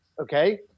okay